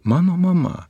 mano mama